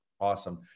Awesome